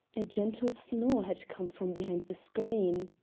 a gentle snore had come from behind the screen.